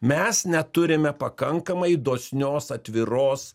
mes neturime pakankamai dosnios atviros